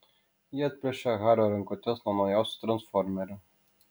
ji atplėšia hario rankutes nuo naujausio transformerio